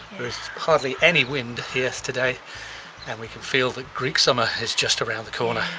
there's hardly any wind yesterday and we can feel that greek summer is just around the corner.